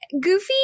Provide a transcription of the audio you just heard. Goofy